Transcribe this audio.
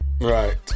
Right